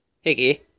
Hickey